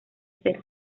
ser